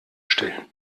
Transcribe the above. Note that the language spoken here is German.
stellen